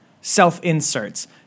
self-inserts